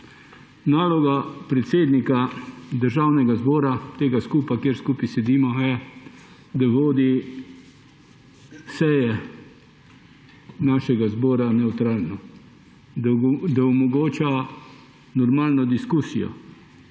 Naloga predsednika Državnega zbora tega skupa, kjer skupaj sedimo, je, da vodi seje našega zbora nevtralno, da omogoča normalno diskusijo,